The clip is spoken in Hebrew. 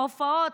הופעות,